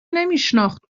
نمیشناخت